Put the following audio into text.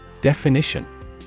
Definition